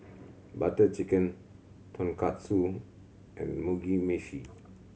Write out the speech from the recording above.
Butter Chicken Tonkatsu and Mugi Meshi